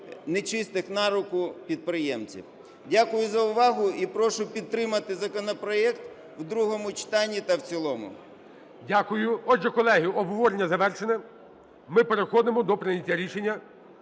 нечистих на руку підприємців. Дякую за увагу і прошу підтримати законопроект в другому читанні та в цілому. ГОЛОВУЮЧИЙ. Дякую. Отже, колеги, обговорення завершене. Ми переходимо до прийняття рішення